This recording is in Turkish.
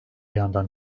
yandan